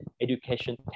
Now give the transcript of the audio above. education